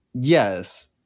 yes